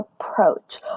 approach